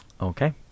okay